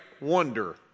wonder